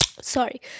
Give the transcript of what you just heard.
sorry